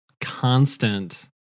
constant